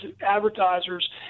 advertisers